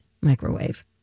microwave